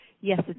Yes